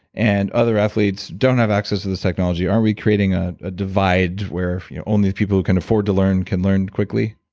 and other athletes don't have access to this technology? aren't we creating a ah divide where you know only people who can afford to learn can learn quickly?